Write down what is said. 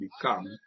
become